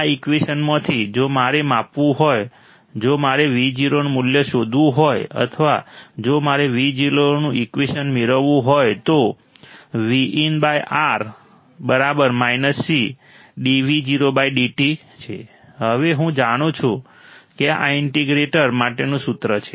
આ ઈકવેશનમાંથી જો મારે માપવું હોય જો મારે Vo નું મૂલ્ય શોધવું હોય અથવા જો મારે Vo નું ઈકવેશન મેળવવું હોય તો vinR C dv0dt હવે હું જાણું છું કે આ ઇન્ટિગ્રેટર માટેનું સૂત્ર છે